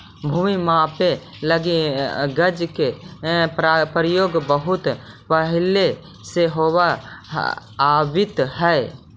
भूमि मापे लगी गज के प्रयोग बहुत पहिले से होवित आवित हइ